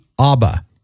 ABBA